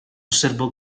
osservò